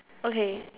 okay